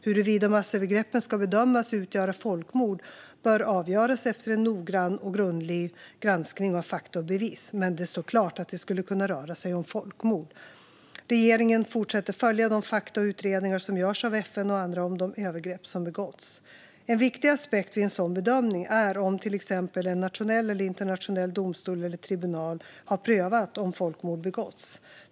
Huruvida massövergreppen ska bedömas utgöra folkmord bör avgöras efter en noggrann och grundlig granskning av fakta och bevis. Men det står klart att det skulle kunna röra sig om folkmord. Regeringen fortsätter att följa de fakta och utredningar som görs av FN och andra om de övergrepp som begåtts. En viktig aspekt vid en sådan bedömning är om till exempel en nationell eller internationell domstol eller tribunal har prövat om folkmord begåtts.